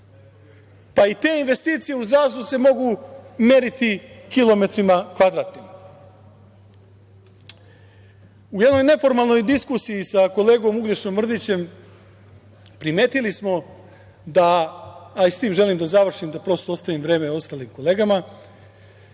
Pa i te investicije u zdravstvu se mogu meriti kilometrima kvadratnim.U jednoj neformalnoj diskusiji sa kolegom Uglješom Mrdićem primetili smo da, a i sa tim želim da završim, da prosto ostavim vreme ostalim kolegama,